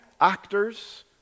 actors